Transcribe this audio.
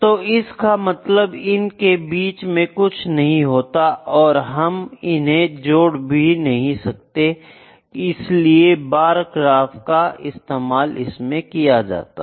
तो इसका मतलब इन के बीच में कुछ नहीं होता और हम इन्हें जोड़ भी नहीं सकते इसीलिए बार ग्राफ का इस्तेमाल किया जाता है